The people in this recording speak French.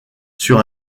sur